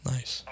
Nice